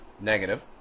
negative